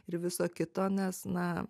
ir viso kito nes na